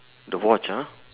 the watch ah